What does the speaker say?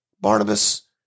Barnabas